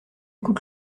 coûte